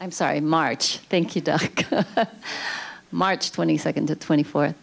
i'm sorry march thank you march twenty second to twenty four